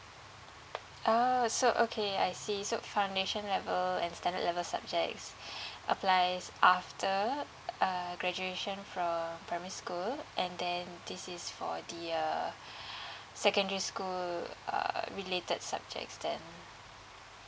orh so okay I see so foundation level and standard level subjects applies after uh graduation from primary school and then this is for the uh secondary school err related subjects then